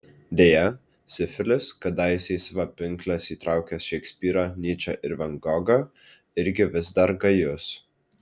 deja sifilis kadaise į savo pinkles įtraukęs šekspyrą nyčę ir van gogą irgi vis dar gajus